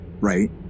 right